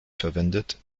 verwendet